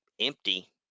empty